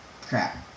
crap